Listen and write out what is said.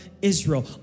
Israel